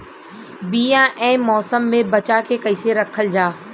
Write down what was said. बीया ए मौसम में बचा के कइसे रखल जा?